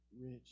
rich